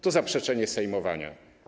To zaprzeczenie sejmowania.